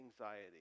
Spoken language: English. anxiety